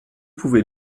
pouvait